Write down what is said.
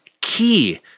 key